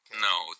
No